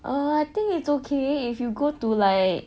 I think it's okay if you go to like